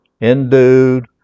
endued